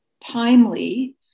timely